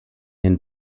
den